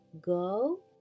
go